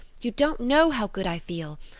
you don't know how good i feel!